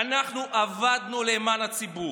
אנחנו עבדנו למען הציבור,